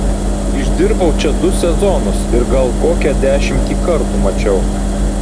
išdirbau čia du sezonus ir gal kokią dešimtį kartų mačiau